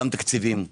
גם תקציבים.